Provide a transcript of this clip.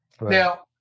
Now